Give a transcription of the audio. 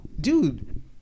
dude